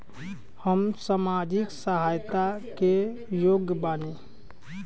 हम सामाजिक सहायता के योग्य बानी?